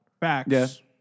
Facts